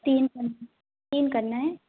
तीन तीन करना है